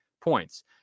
points